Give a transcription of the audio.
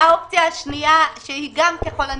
האופציה השנייה, שגם תהיה כרוכה ככל הנראה,